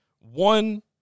One